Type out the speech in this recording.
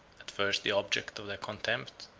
at first the object of their contempt,